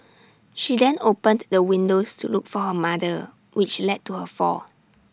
she then opened the windows to look for her mother which led to her fall